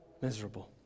miserable